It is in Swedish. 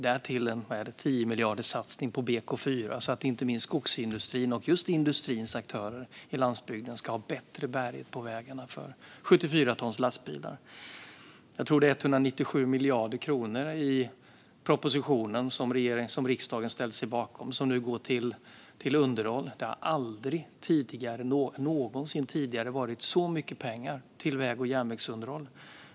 Därtill kommer en satsning på 10 miljarder för BK4 så att skogsindustrin och industrins aktörer på landsbygden ska ha bättre bärighet på vägarna för 74 tons lastbilar. Jag tror att det är 197 miljarder som nu går till underhåll i den proposition som riksdagen har ställt sig bakom. Aldrig någonsin tidigare har så mycket pengar lagts på väg och järnvägsunderhåll.